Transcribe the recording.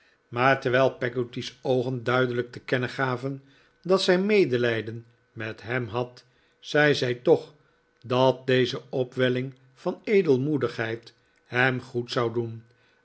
maar terwijl peggotty's oogen duidelijk te kennen gaven dat zij medelijden met hem had zei zij toch dat deze opwelling van edelmoedigheid hem goed zou doen